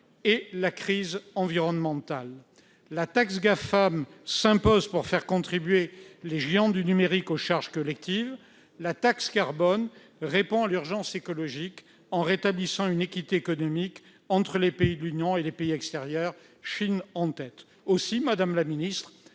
et la crise environnementale. La taxe Gafam s'impose pour faire contribuer les géants du numérique aux charges collectives. La taxe carbone répond à l'urgence écologique en rétablissant une équité économique entre les pays de l'Union européenne et les pays extérieurs, la Chine en tête. Aussi, quelles sont